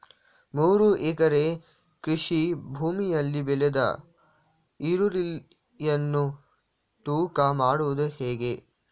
ಮೂರು ಎಕರೆ ಕೃಷಿ ಭೂಮಿಯಲ್ಲಿ ಬೆಳೆದ ಈರುಳ್ಳಿಯನ್ನು ತೂಕ ಮಾಡುವುದು ಹೇಗೆ?